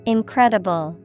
Incredible